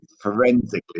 forensically